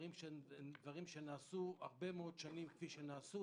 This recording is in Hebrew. דברים שנעשו הרבה מאד שנים כפי שנעשו,